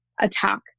attack